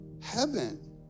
Heaven